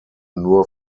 nur